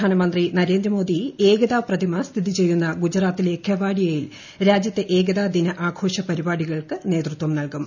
പ്രധാനമന്ത്രി നരേന്ദ്ര മോദി ഏകതാ പ്രതിമ സ്ഥിതി ചെയ്യുന്ന ഗുജറാത്തിലെ കെവാഡിയയിൽ രാജ്യത്തെ ഏകതാ ദിന ആഘോഷ പരിപാടികൾക്ക് നേതൃത്വം നൽകും